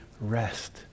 rest